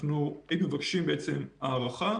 היינו מבקשים הארכה,